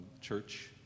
church